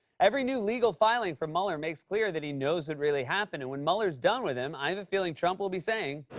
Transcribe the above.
every new legal filing from mueller makes clear that he knows what really happened. and when mueller's done with him, i have a feeling trump will be saying.